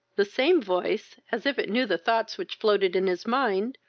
the same voice, as if it knew the thoughts which floated in his mind,